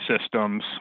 systems